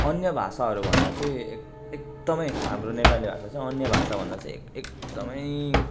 अन्य भाषाहरूभन्दा चाहिँ एकदमै हाम्रो नेपाली भाषा चाहिँ अन्य भाषाभन्दा चाहिँ एकदमै